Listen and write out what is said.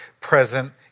present